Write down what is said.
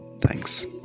Thanks